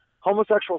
homosexual